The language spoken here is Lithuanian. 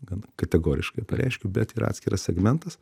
gan kategoriškai pareiškiu bet yra atskiras segmentas